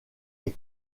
est